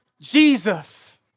Jesus